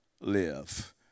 live